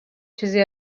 چیزی